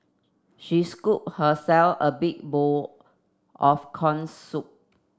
she scooped herself a big bowl of corn soup